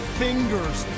fingers